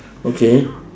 okay